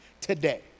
today